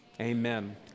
Amen